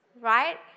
right